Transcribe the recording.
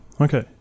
Okay